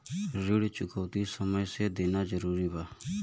ऋण चुकौती समय से देना जरूरी बा?